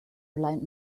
blind